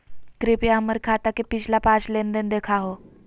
कृपया हमर खाता के पिछला पांच लेनदेन देखाहो